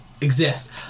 exist